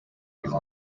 uyu